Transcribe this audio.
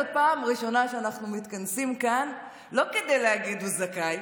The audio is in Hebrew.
זו הפעם הראשונה שאנחנו מתכנסים כאן לא כדי להגיד: הוא זכאי,